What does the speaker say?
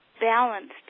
balanced